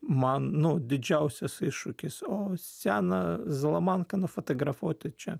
man nu didžiausias iššūkis o sena zalamanka nufotografuot tai čia